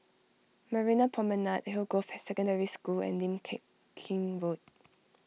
Marina Promenade Hillgrove Secondary School and Lim K Kim Road